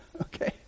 okay